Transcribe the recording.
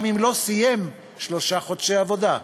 גם אם לא סיים שלושה חודשי עבודה.